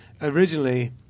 originally